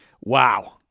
wow